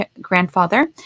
grandfather